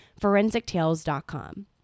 ForensicTales.com